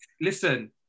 Listen